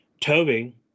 toby